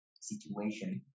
situation